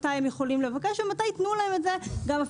מתי הם יכולים לבקש ומתי יתנו להם גם בלי